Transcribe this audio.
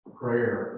prayer